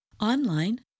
Online